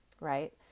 right